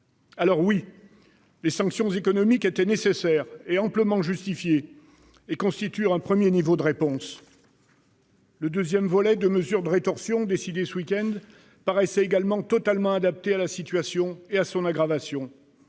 Alors oui, les sanctions économiques étaient nécessaires et amplement justifiées, et constituent un premier niveau de réponses. Le deuxième volet de mesures de rétorsion décidées ce week-end paraît totalement adapté à la situation et à son aggravation